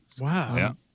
Wow